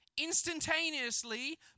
instantaneously